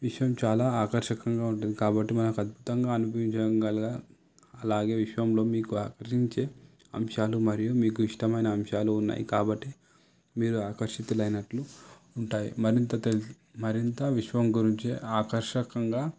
విశ్వం చాలా ఆకర్షకంగా ఉంటుంది కాబట్టి మనకు అద్భుతంగా అనిపించగలగాలి అలాగే విశ్వంలో ఆకర్షించే అంశాలు మరియు మీకు ఇష్టమైన అంశాలు ఉన్నాయి కాబట్టి మీరు ఆకర్షితులైనట్లు ఉంటాయి మరింత మరింత విశ్వం గురించి ఆకర్షకంగా